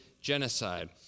genocide